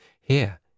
Here